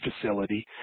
facility